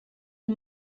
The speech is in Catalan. del